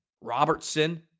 Robertson